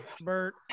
Bert